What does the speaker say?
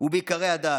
ובעיקרי הדת.